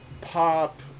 pop